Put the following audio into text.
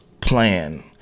plan